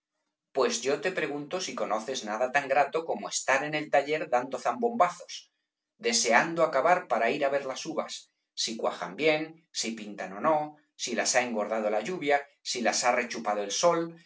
pues yo te pregunto si conoces nada tan grato como estar en el taller dando zambombazos deseando acabar para ir á ver las uvas si cuajan bien si pintan ó no si las ha engordado la lluvia si las ha rechupado el sol